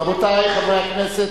רבותי חברי הכנסת,